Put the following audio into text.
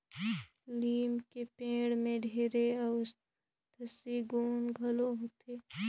लीम के पेड़ में ढेरे अउसधी गुन घलो होथे